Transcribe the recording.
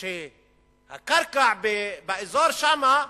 שהקרקע באזור שם,